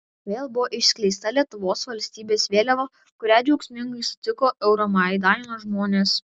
vėl buvo išskleista lietuvos valstybės vėliava kurią džiaugsmingai sutiko euromaidano žmonės